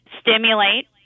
stimulate